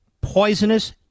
poisonous